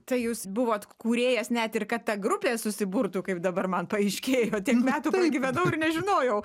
tai jūs buvot kūrėjas net ir kad ta grupė susiburtų kaip dabar man paaiškėjo tiek metų nežinojau